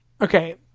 Okay